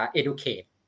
educate